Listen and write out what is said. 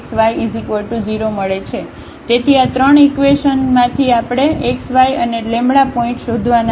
તેથી આ ત્રણ ઇકવેશન માંથી આપણે x yઅને પોઇન્ટ શોધવાના છે